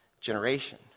generation